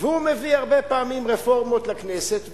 והוא מביא הרבה פעמים רפורמות לכנסת,